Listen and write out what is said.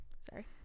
Sorry